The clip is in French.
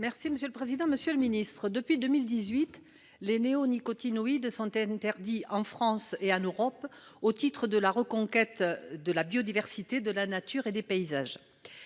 la souveraineté alimentaire. Depuis 2018, les néonicotinoïdes sont interdits en France et en Europe au titre de la reconquête de la biodiversité, de la nature et des paysages.